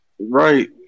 Right